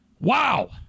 wow